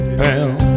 pound